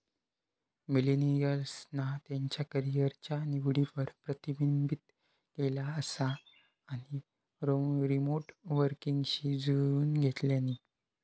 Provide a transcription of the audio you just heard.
मिलेनियल्सना त्यांच्या करीयरच्या निवडींवर प्रतिबिंबित केला असा आणि रीमोट वर्कींगशी जुळवुन घेतल्यानी